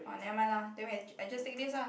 or never mind lah then we I just take this ah